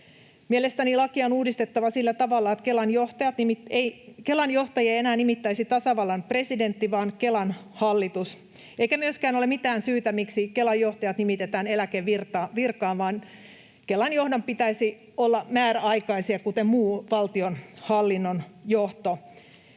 Mielestäni lakia on uudistettava sillä tavalla, että Kelan johtajia ei enää nimittäisi tasavallan presidentti vaan Kelan hallitus. Eikä myöskään ole mitään syytä, miksi Kelan johtajat nimitetään eläkevirkaan, vaan Kelan johdon pitäisi olla määräaikainen kuten muun valtionhallinnon johdon.